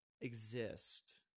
exist